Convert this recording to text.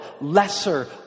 lesser